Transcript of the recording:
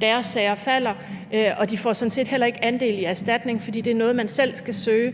deres sager falder, og de får sådan set heller ikke andel i en erstatning. For det er noget, som man selv skal søge